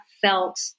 felt